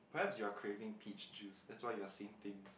perhaps you're craving peach juice that's why you are seeing things